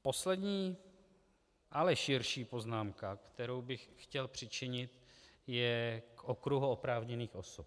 Poslední, ale širší poznámka, kterou bych chtěl přičinit, je k okruhu oprávněných osob.